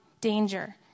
danger